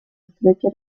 estrecha